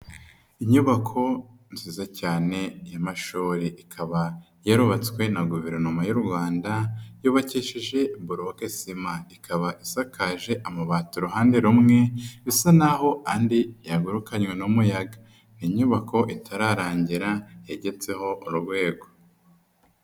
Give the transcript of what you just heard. Inyubako nziza cyane ya mashuri ikaba yarubatswe na Guverinoma y'u Rwanda yubakisheje buroke sima, ikaba isakaje amabati uruhande rumwe bisa naho andi yagurukanywe n'umuyaga, ni inyubako itararangira yagetseho urwego.